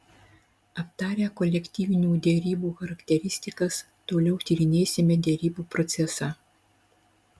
aptarę kolektyvinių derybų charakteristikas toliau tyrinėsime derybų procesą